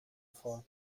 vor